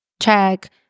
check